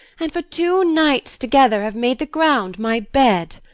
and for two nights together have made the ground my bed.